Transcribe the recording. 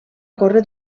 córrer